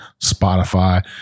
Spotify